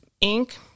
ink